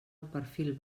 perfil